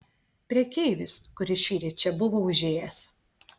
prekeivis kuris šįryt čia buvo užėjęs